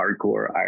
hardcore